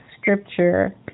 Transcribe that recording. scripture